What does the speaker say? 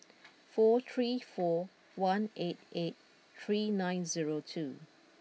four three four one eight eight three nine zero two